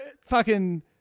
fucking-